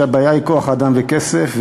שהבעיה היא כוח-אדם וכסף,